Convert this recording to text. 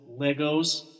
Legos